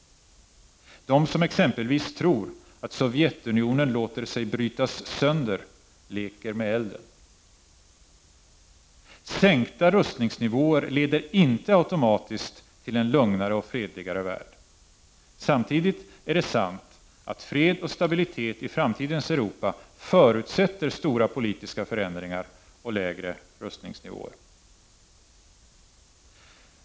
De som exempelvis tror att Sovjetunionen låter sig brytas sönder leker med elden. Sänkta rustningsnivåer leder inte automatiskt till en lugnare och fredligare värld. Samtidigt är det sant att fred och stabilitet i framtidens Europa förutsätter stora politiska förändringar och lägre rustningsnivåer.